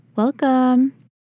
Welcome